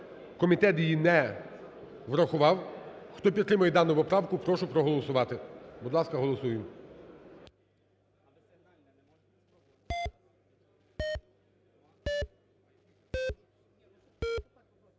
Комітет її не врахував. Хто підтримує дану поправку, прошу проголосувати. Будь ласка, голосуємо.